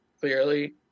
clearly